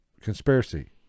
Conspiracy